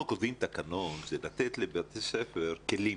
קובעים תקנות זה לתת לבית הספר כלים.